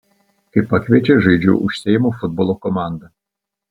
kai pakviečia žaidžiu už seimo futbolo komandą